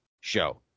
show